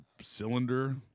cylinder